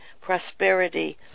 prosperity